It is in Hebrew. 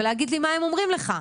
ולהגיד לי מה הם אומרים לך,